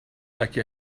like